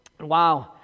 Wow